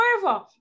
forever